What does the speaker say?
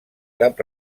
cap